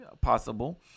possible